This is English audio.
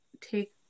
take